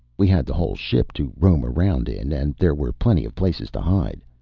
we had the whole ship to roam around in and there were plenty of places to hide.